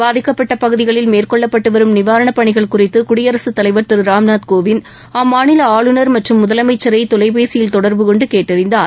பாதிக்கப்பட்ட பகுதிகளில் மேற்கொள்ளப்பட்டு வரும் நிவாரணப் பணிகள் குறித்து குடியரகத்தலைவா் திரு ராம்நாத் கோவிந்த் அம்மாநில ஆளுநர் மற்றும் முதலமைச்சரை தொலைபேசியில் தொடர்பு கொண்டு கேட்டறிந்தார்